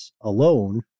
alone